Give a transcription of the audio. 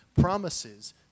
promises